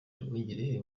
nduhungirehe